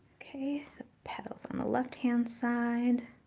okay, the petals on the left-hand side.